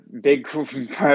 big